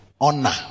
honor